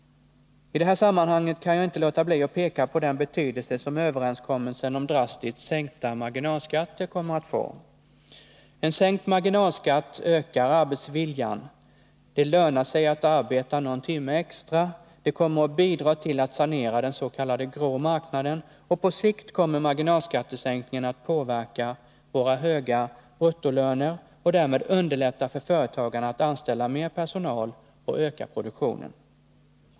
I det här sammanhanget kan jag inte låta bli att peka på den betydelse som överenskommelsen om drastiskt sänkta marginalskatter kommer att få. En sänkt marginalskatt ökar arbetsviljan. Det lönar sig att arbeta någon timme extra. Det kommer att bidra till att sanera dens.k. ”grå” marknaden, och på sikt kommer marginalskattesänkningen att påverka vår höga bruttolönenivå och därmed underlätta för företagarna att anställa mer personal och öka produktionen.